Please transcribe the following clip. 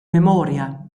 memoria